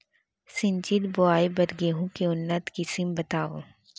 सिंचित बोआई बर गेहूँ के उन्नत किसिम बतावव?